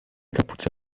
kapuze